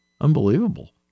Unbelievable